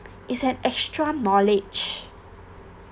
it's an extra knowledge